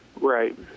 Right